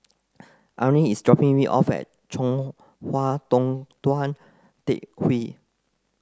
Arlyne is dropping me off at Chong Hua Tong Tou Teck Hwee